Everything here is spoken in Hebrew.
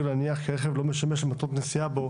להניח כי הרכב אינו משמש למטרות נסיעה בו"